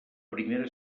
primera